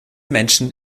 menschen